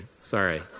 Sorry